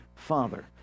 father